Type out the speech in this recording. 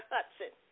Hudson